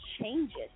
changes